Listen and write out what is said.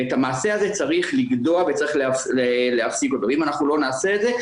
ואת המעשה הזה צריך לגדוע וצריך להפסיק אותו ואם לא נעשה את זה,